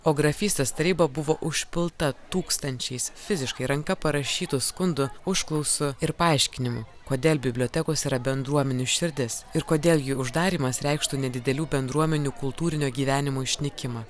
o grafystės taryba buvo užpilta tūkstančiais fiziškai ranka parašytų skundų užklausų ir paaiškinimų kodėl bibliotekos yra bendruomenių širdis ir kodėl jų uždarymas reikštų nedidelių bendruomenių kultūrinio gyvenimo išnykimą